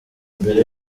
mbere